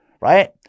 right